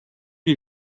les